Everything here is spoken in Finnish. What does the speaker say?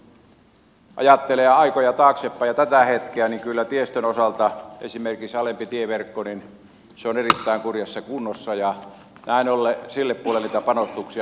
nyt kun ajattelee aikoja taaksepäin ja tätä hetkeä niin kyllä tiestön osalta esimerkiksi alempi tieverkko on erittäin kurjassa kunnossa näin ollen sille puolelle niitä panostuksia